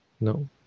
No